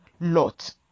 Lot